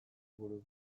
buruz